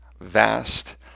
vast